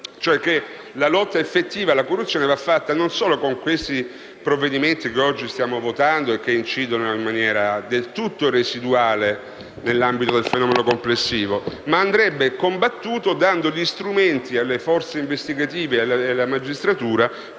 fatto che la lotta effettiva alla corruzione va fatta non solo con questi provvedimenti che oggi stiamo votando e che incidono in maniera del tutto residuale nell'ambito del fenomeno complessivo, ma anche dando alle forze investigative e alla magistratura